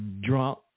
drunk